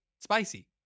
spicy